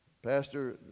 Pastor